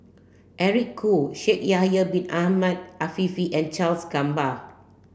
Eric Khoo Shaikh Yahya Bin Ahmed Afifi and Charles Gamba